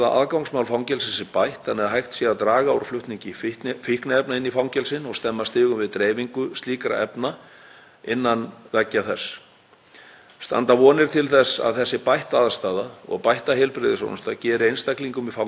Standa vonir til þess að þessi bætta aðstaða og bætta heilbrigðisþjónusta geri einstaklingum í fangelsum betur kleift að byggja sig upp og þannig að auka öryggi innan fangelsanna sem og að einstaklingar verði betur í stakk búnir til að takast á við lífið utan þeirra